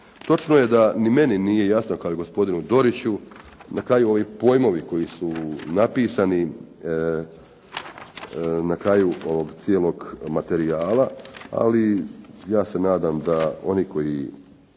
Točno je da ni meni nije jasno, kao i gospodinu Doriću, na kraju ovi pojmovi koji su napisani na kraju ovog cijelog materijala, ali ja se nadam da oni koji